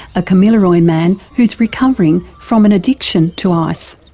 a kamilaroi man who's recovering from an addiction to ice.